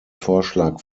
vorschlag